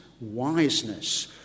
wiseness